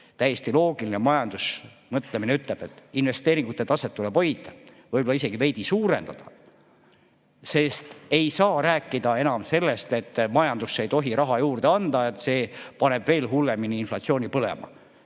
täiesti loogiline majandusmõtlemine ütleb seda – taset tuleb hoida, võib-olla isegi veidi suurendada. Sest ei saa rääkida enam sellest, et majandusse ei tohi raha juurde anda, et see paneb veel hullemini inflatsiooni põlema.